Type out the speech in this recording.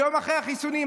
ויום אחרי החיסונים,